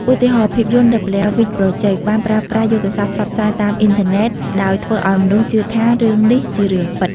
ឧទាហរណ៍ ភាពយន្ត The Blair Witch Project បានប្រើប្រាស់យុទ្ធសាស្ត្រផ្សព្វផ្សាយតាមអ៊ីនធឺណិតដោយធ្វើឲ្យមនុស្សជឿថារឿងនេះជារឿងពិត។